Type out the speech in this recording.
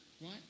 right